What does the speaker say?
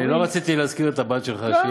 אני לא רציתי להזכיר את הבת שלך,